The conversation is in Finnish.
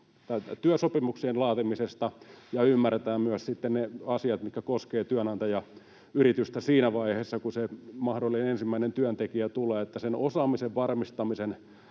työsopimuksien laatimisessa ja ymmärretään myös sitten ne asiat, mitkä koskevat työnantajayritystä siinä vaiheessa, kun se mahdollinen ensimmäinen työntekijä tulee. Sen osaamisen varmistamisen